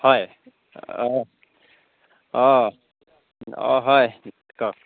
হয় অঁ অঁ অঁ হয় কওক